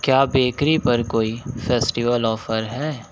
क्या बेकरी पर कोई फेस्टिवल ऑफर है